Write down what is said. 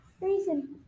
reason